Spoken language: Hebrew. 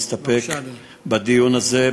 להסתפק בדיון הזה,